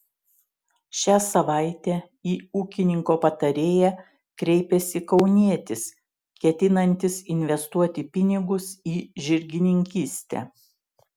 šią savaitę į ūkininko patarėją kreipėsi kaunietis ketinantis investuoti pinigus į žirgininkystę